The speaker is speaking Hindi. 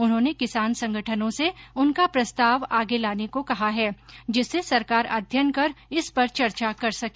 उन्होंने किसान संगठनों से उनका प्रस्ताव आगे लाने को कहा है जिससे सरकार अध्ययन कर इसपर चर्चा कर सके